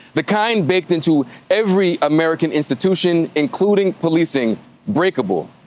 the kind baked into every american institution including policing breakable?